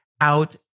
out